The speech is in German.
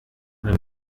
bei